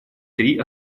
три